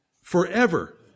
forever